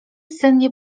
sennie